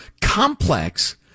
complex